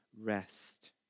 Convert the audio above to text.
rest